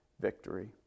victory